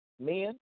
men